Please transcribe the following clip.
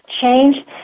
change